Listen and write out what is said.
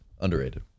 Underrated